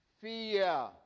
fear